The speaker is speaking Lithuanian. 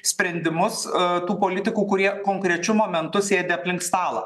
sprendimus a tų politikų kurie konkrečiu momentu sėdi aplink stalą